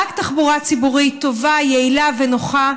רק תחבורה ציבורית טובה, יעילה ונוחה,